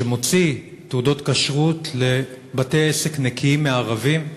שמוציא תעודות כשרות לבתי-עסק נקיים מערבים,